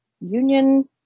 Union